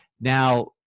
now